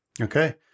Okay